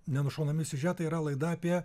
nenušaunami siužetai yra laida apie